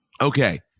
Okay